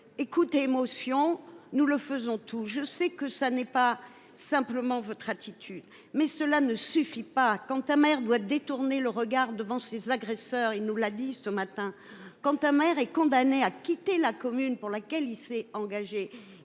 Écoute émotions, nous le faisons tous. Je sais que ça n'est pas simplement votre attitude mais cela ne suffit pas quand ta mère doit détourné le regard devant ses agresseurs, il nous l'a dit ce matin quand ta mère et condamné à quitter la commune pour laquelle il s'est engagé